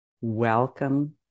Welcome